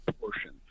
portion